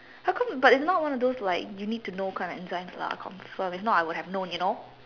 how come but it's not one of those like you need to know kind of enzymes lah confirm if not I would have known you know